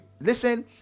Listen